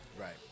right